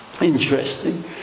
interesting